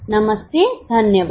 नमस्ते धन्यवाद